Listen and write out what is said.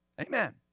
Amen